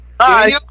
Hi